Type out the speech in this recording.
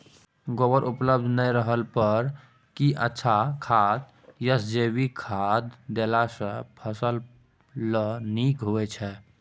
गोबर उपलब्ध नय रहला पर की अच्छा खाद याषजैविक खाद देला सॅ फस ल नीक होय छै?